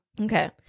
Okay